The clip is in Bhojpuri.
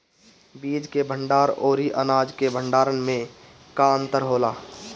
बीज के भंडार औरी अनाज के भंडारन में का अंतर होला?